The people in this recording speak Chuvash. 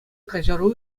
каҫару